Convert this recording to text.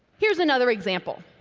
here's another example.